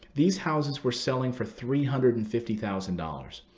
these houses were selling for three hundred and fifty thousand dollars.